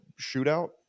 shootout